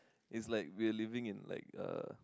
is like we're living in like a